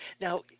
Now